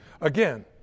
Again